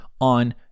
on